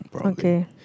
Okay